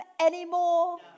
anymore